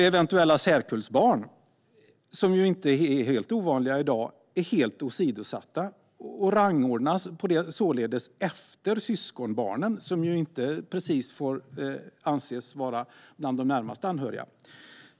Eventuella särkullbarn, som inte är helt ovanliga i dag, är helt åsidosatta och rangordnas således efter syskonbarnen, som inte precis kan anses vara bland de närmast anhöriga.